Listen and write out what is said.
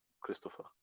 Christopher